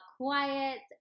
quiet